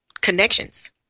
connections